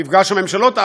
מפגש הממשלות.